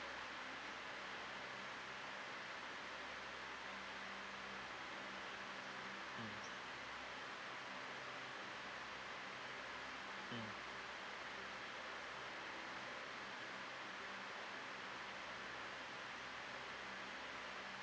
mm mm